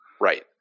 Right